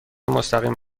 مستقیم